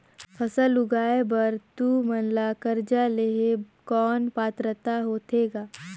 फसल उगाय बर तू मन ला कर्जा लेहे कौन पात्रता होथे ग?